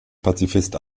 pazifist